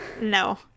No